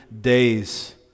days